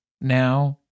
now